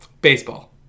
Baseball